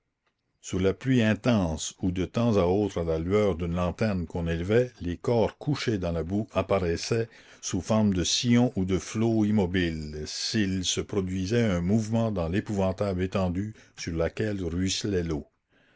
sous la pluie intense où de temps à autre à la lueur d'une lanterne qu'on élevait les corps couchés dans la boue apparaissaient sous formes de sillons ou de flots immobiles s'il se produisait un mouvement dans l'épouvantable étendue sur laquelle ruisselait l'eau